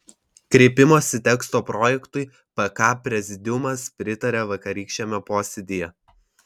kreipimosi teksto projektui pk prezidiumas pritarė vakarykščiame posėdyje